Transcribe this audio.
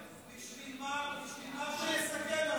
בשביל מה שיסכם?